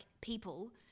people